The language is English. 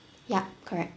ya correct